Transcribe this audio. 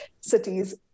cities